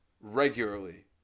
regularly